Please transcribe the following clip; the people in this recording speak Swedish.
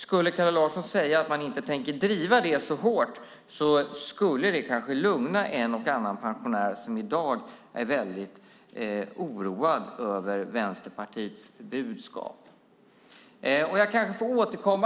Skulle Kalle Larsson säga att man inte tänker driva denna fråga så hårt skulle det kanske lugna en eller annan pensionär som i dag är väldigt oroad över Vänsterpartiets budskap.